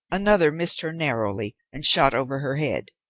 another missed her narrowly, and shot over her head.